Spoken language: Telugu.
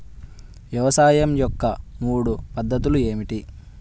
వ్యవసాయం యొక్క మూడు పద్ధతులు ఏమిటి?